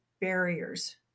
barriers